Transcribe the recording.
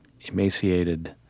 emaciated